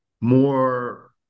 more